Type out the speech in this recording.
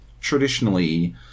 traditionally